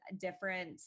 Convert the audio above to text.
different